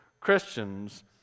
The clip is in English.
christians